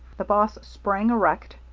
the boss sprang erect,